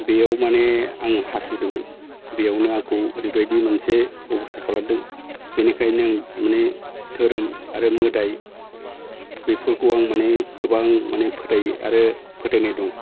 बेयाव माने आं हासुदोंमोन बेयावनो आंखौ ओरैबायदि मोनसे अबस्था खालामदों बेनिखायनो आं माने धोरोम आरो मोदाइ बेफोरखौ आं माने गोबां माने फोथायो आरो फोथायनाय दं